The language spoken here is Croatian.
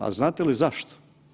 A znate li zašto?